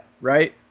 right